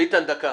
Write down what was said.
ביטן, דקה.